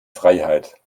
freiheit